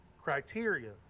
criteria